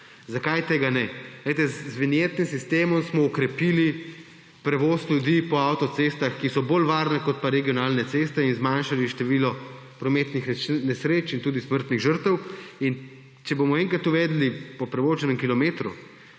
Zakaj tega ne? Z vinjetnim sistemom smo okrepili prevoz ljudi po avtocestah, ki so bolj varne kot pa regionalne ceste, in zmanjšali število prometnih nesreč in tudi smrtnih žrtev. In če bomo enkrat uvedli po prevoženem kilometru